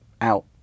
out